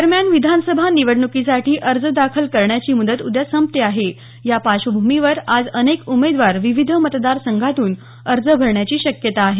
दरम्यान विधानसभा निवडणुकीसाठी अर्ज दाखल करण्याची मुदत उद्या संपते आहे या पार्श्वभूमीवर आज अनेक उमेदवार विविध मतदार संघातून अर्ज भरण्याची शक्यता आहे